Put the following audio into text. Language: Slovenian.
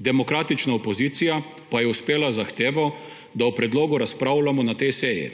demokratični opoziciji pa je uspelo z zahtevo, da o predlogu razpravljamo na tej seji.